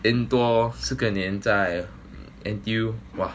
then 多四个年在 N_T_U !wah!